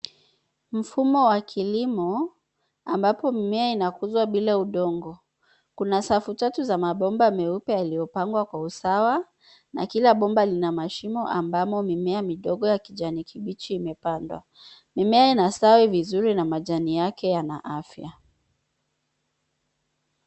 Mfumo wa kilimo ambapo mimea inakuzwa bila udongo. Kuna safu tatu za mabomba meupe yaliyopangwa kwa usawa na kila bomba lina mashimo ambamo mimea midogo ya kijani kibichi imepandwa. Mimea inastawi vizuri na majani yake yana afya.